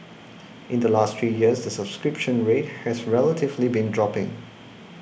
in the last three years the subscription rate has relatively been dropping